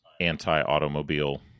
anti-automobile